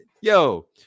yo